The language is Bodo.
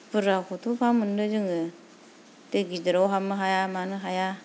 बुरजाखौथ' बहा मोननो जोङो दै गिदिराव हाबनो हाया मानो हाया